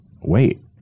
wait